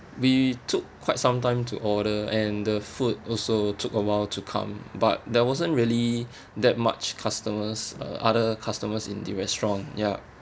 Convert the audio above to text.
we took quite some time to order and the food also took a while to come but there wasn't really that much customers uh other customers in the restaurant ya